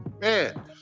Man